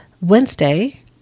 Wednesday